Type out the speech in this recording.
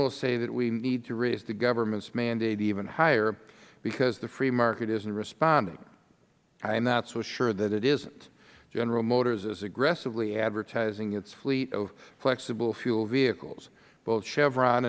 will say that we need to raise the government's mandate even higher because the free market isn't responding i am not so sure that it isn't general motors is aggressively advertising its fleet of flexible fuel vehicles both chevron